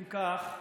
אם כך,